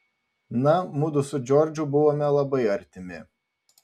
na mudu su džordžu buvome labai artimi